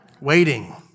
waiting